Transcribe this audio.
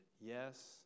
yes